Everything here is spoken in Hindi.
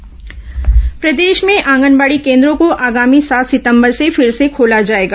आंगनबाडी निर्दे श प्रदेश में आंगनबाड़ी केन्द्रों को आगामी सात सितंबर से फिर से खोला जाएगा